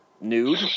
Nude